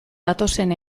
datozen